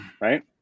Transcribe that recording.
right